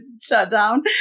shutdown